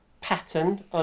pattern